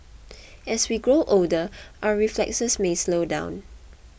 as we grow older our reflexes may slow down